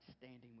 standing